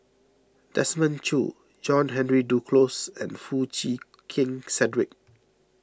Desmond Choo John Henry Duclos and Foo Chee Keng Cedric